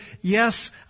Yes